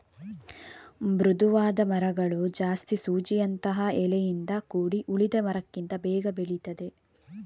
ಮೃದುವಾದ ಮರಗಳು ಜಾಸ್ತಿ ಸೂಜಿಯಂತಹ ಎಲೆಯಿಂದ ಕೂಡಿ ಉಳಿದ ಮರಕ್ಕಿಂತ ಬೇಗ ಬೆಳೀತದೆ